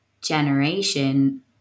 generation